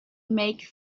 make